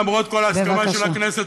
למרות כל ההסכמה של הכנסת,